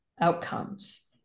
outcomes